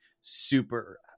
super